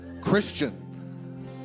Christian